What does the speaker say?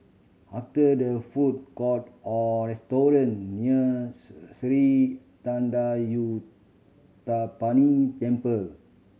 after there food court or restaurant near Sri Thendayuthapani Temple